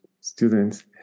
students